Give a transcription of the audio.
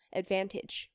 ,advantage